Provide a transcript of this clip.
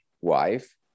wife